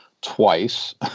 twice